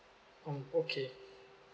mm okay